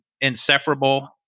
inseparable